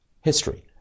history